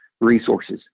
resources